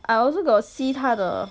I also got see 她的